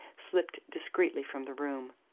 slipped discreetly from the room.